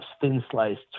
thin-sliced